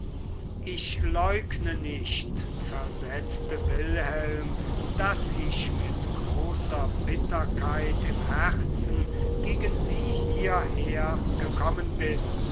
ich leugne nicht versetzte wilhelm daß ich mit großer bitterkeit im herzen gegen sie hierher gekommen bin